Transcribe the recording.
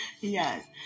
Yes